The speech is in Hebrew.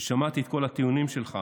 ושמעתי את כל הטיעונים שלך